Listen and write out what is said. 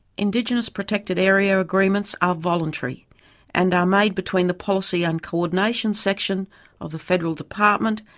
indigenous protected area agreements are voluntary and are made between the policy and coordination section of the federal department,